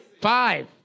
Five